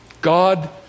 God